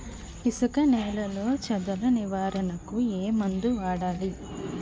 ఇసుక నేలలో చదల నివారణకు ఏ మందు వాడాలి?